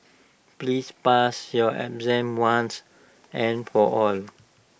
please pass your exam once and for all